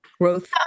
growth